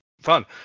fun